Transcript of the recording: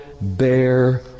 bear